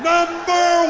Number